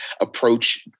approach